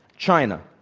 china.